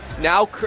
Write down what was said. Now